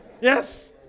Yes